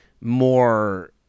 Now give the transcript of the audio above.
more